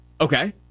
Okay